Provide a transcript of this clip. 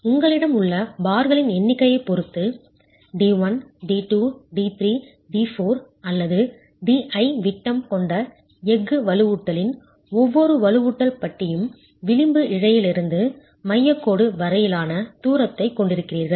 உங்களிடம் உள்ள பார்களின் எண்ணிக்கையைப் பொறுத்து Φ d1 d2 d3 d4 அல்லது di விட்டம் கொண்ட எஃகு வலுவூட்டலின் ஒவ்வொரு வலுவூட்டல் பட்டியும் விளிம்பு இழையிலிருந்து மையக் கோடு வரையிலான தூரத்தைக் கொண்டிருக்கிறீர்கள்